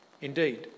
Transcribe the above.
Indeed